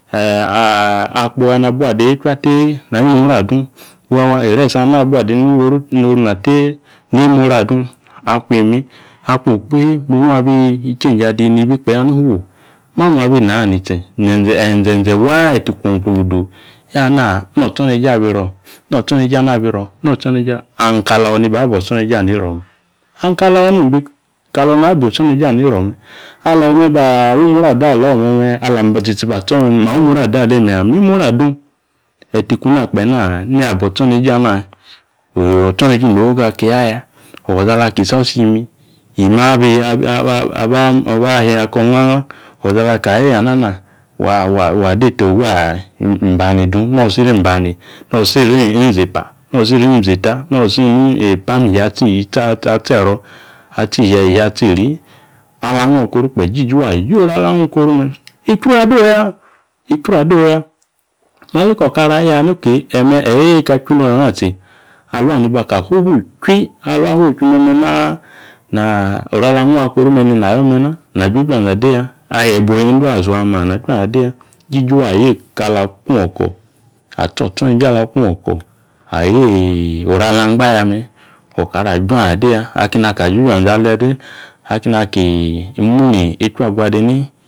akpo aleni ade niechwa tee nimuri adung wawa irice alina abu ade no̱ro̱ na tee nimuri adung. Akwi imi, akung okpehe muri ong abi change adi nibi kpe ya ni fuo ma nung abi naa ani che eeyi inzenze waa eeyi ta ikwom gbruguduu. Ya hana o̱tsoneje eeyi abi iro notsoneje eeyi, ami kalo̱ niba abo̱ otsoneje ana iro me̱. Ami kalo nom ami kalo nabo otsoneje ana iro me̱. Alo me̱ ba wimuri ada alo me̱me̱, alam tsitsi ba tso me̱ mi imuri ada alemi ya, mi imuri adung. Eeyi ta kuna kpe otsoneje inogogo aki aya o̱ izi ala ki isosi yimi, yimi aba ashie ko̱ nlanla. O̱izi ala aka yeye ana wa adeta owi bani dung no siri minzepa, no siri minzeta no siri ni ipung ishieatseri. Alo agho̱ koru kpe. Jiji waa ayo oru ala ghung koru me̱ ichwru adowu ya, ichwru adowu ya. Mali ko̱ okara ya ni akey eeyi me̱ eeyi yeeya eka chwi noru ana tsi. Alua nibu ka fofiichwi alua ofofiichwi me̱me̱ oru ala nua kori me̱ nena ayo me̱ na. Na joju yanze adeya. Ali yiebuo nendaa isuama na juanze̱ adeya. Ijiji waa ayo eka ala oko̱, atsotsoneje ala kung oko. Ayo oru ala angba yame. Okara ajuanze̱ adeya, akeni akeni ka ju zenze ade ale, akeni aki mwi echu aguade ni.